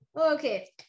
Okay